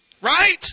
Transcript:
right